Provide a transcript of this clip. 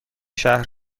شهر